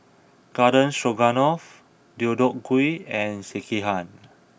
Garden Stroganoff Deodeok Gui and Sekihan